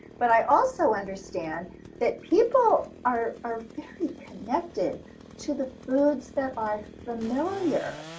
but i also understand that people are are very connected to the foods that are familiar.